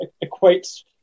equate